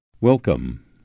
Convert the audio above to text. Welcome